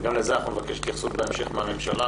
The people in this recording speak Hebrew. וגם לזה אנחנו נבקש התייחסות בהמשך מן הממשלה